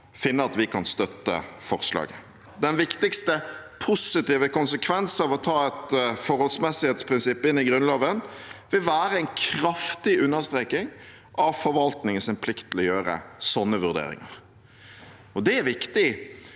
finner at vi kan støtte forslaget. Den viktigste positive konsekvensen av å ta et forholdsmessighetsprinsipp inn i Grunnloven vil være en kraftig understreking av forvaltningens plikt til å gjøre slike vurderinger. Det er viktig,